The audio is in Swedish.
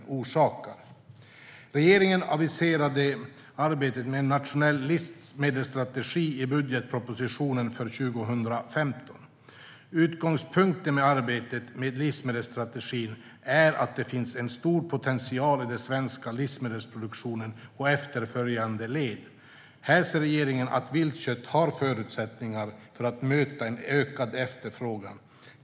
Regeringen aviserade arbetet med en nationell livsmedelsstrategi i budgetpropositionen för 2015. Utgångspunkten i arbetet med livsmedelsstrategin är att det finns en stor potential i den svenska livsmedelproduktionen och efterföljande led. Här ser regeringen att viltkött har förutsättningar att möta en ökad efterfrågan.